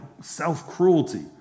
self-cruelty